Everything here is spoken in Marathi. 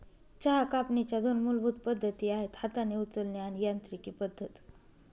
चहा कापणीच्या दोन मूलभूत पद्धती आहेत हाताने उचलणे आणि यांत्रिकी पद्धत